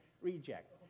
reject